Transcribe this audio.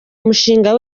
umushinga